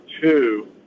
two